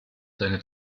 seine